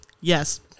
yes